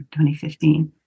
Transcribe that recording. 2015